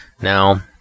Now